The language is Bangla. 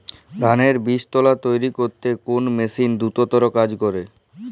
ধানের বীজতলা তৈরি করতে কোন মেশিন দ্রুততর কাজ করে?